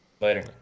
Later